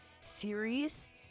series